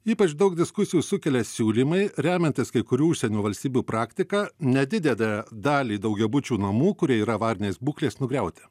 ypač daug diskusijų sukelia siūlymai remiantis kai kurių užsienio valstybių praktika nedidelę dalį daugiabučių namų kurie yra avarinės būklės nugriauti